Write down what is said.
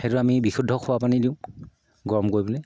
সেইটো আমি বিশুদ্ধ খোৱা পানী দিওঁ গৰম কৰি পেলাই